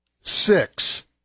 Six